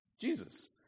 Jesus